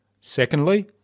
Secondly